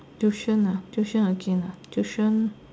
tuition ah tuition again ah tuition